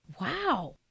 Wow